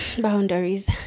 Boundaries